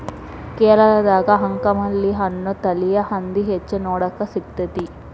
ಕೇರಳದಾಗ ಅಂಕಮಲಿ ಅನ್ನೋ ತಳಿಯ ಹಂದಿ ಹೆಚ್ಚ ನೋಡಾಕ ಸಿಗ್ತೇತಿ